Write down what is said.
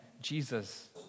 Jesus